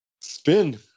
Spin